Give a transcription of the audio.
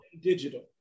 digital